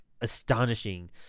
astonishing